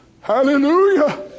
hallelujah